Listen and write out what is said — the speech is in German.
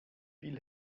will